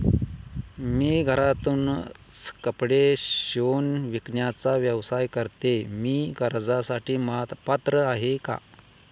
मी घरातूनच कपडे शिवून विकण्याचा व्यवसाय करते, मी कर्जासाठी पात्र आहे का?